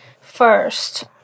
first